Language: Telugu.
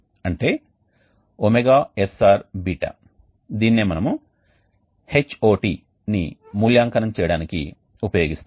అంటే ωsrß దీనినే మనము Hot ని మూల్యాంకనం చేయడానికి ఉపయోగిస్తాము